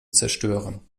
zerstören